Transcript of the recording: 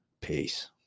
Peace